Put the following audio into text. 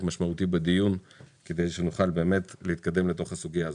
משמעותי בדיון כדי שנוכל באמת להתקדם לתוך הסוגיה הזאת.